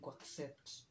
accept